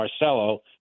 Marcelo